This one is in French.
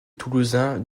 toulousain